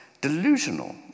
delusional